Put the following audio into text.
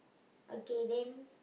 okay then